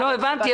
הבנתי,